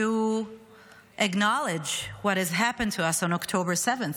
to acknowledge what has happened to us on October 7th,